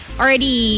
already